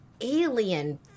alien